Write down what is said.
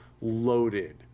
loaded